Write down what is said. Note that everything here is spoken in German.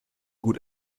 gut